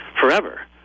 forever